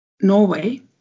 Norway